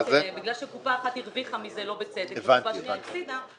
בגלל שקופה אחת הרוויחה מזה לא בצדק וקופה שנייה הפסידה.